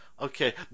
Okay